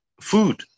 food